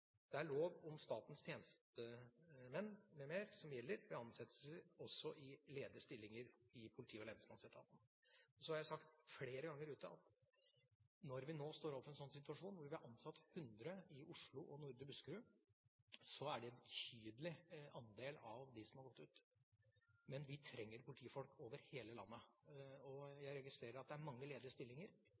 Det er lov om statens tjenestemenn m.m. som gjelder ved ansettelser i ledige stillinger i politi- og lensmannsetaten. Så har jeg sagt flere ganger ute: Når vi nå står overfor en situasjon der vi har ansatt 100 i Oslo og Nordre Buskerud, er det en betydelig andel av dem som har gått ut. Men vi trenger politifolk over hele landet. Jeg registrerer at det er mange ledige stillinger,